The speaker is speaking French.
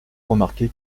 remarquer